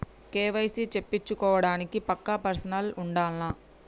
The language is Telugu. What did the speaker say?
కే.వై.సీ చేపిచ్చుకోవడానికి పక్కా పర్సన్ ఉండాల్నా?